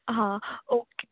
हां ओके